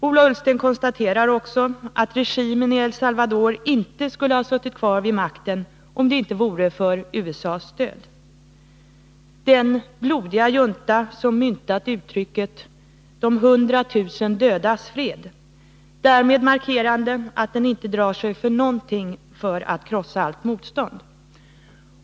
Ola Ullsten konstaterar också att regimen i El Salvador inte skulle sitta kvar vid makten om det inte vore för USA:sstöd — den blodiga junta som myntat uttrycket ”de hundratusen dödas fred”, därmed markerande att den inte drar sig för någonting för att krossa allt motstånd.